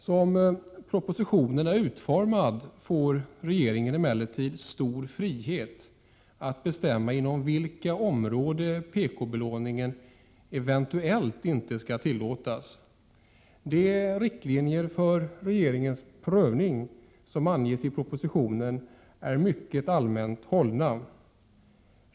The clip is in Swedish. Som propositionen är utformad får regeringen emellertid stor frihet att bestämma för vilka områden pk-belåning eventuellt inte skall tillåtas. De riktlinjer för regeringens prövning som anges i propositionen är mycket allmänt hållna.